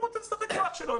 הוא רוצה לשחק כמו אח שלו.